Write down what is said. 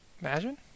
Imagine